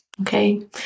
Okay